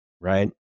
right